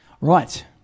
Right